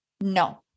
No